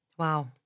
Wow